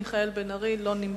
חבר הכנסת מיכאל בן-ארי, לא נמצא.